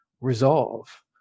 resolve